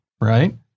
right